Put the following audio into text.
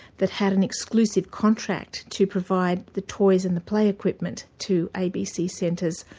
that had an exclusive contract to provide the toys and the play equipment to abc centres,